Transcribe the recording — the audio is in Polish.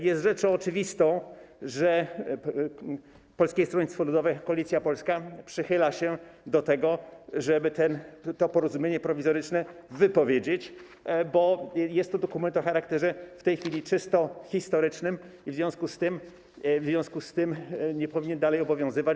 Jest rzeczą oczywistą, że Polskie Stronnictwo Ludowe, Koalicja Polska przychyla się do tego, żeby to Porozumienie Prowizoryczne wypowiedzieć, bo jest to dokument o charakterze w tej chwili czysto historycznym i w związku z tym nie powinien dalej obowiązywać.